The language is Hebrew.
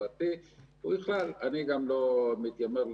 הוא לא התבטל, הוא התקיים.